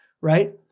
right